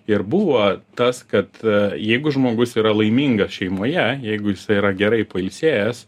ir buvo tas kad jeigu žmogus yra laimingas šeimoje jeigu jisai yra gerai pailsėjęs